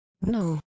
No